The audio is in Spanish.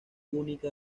única